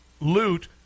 loot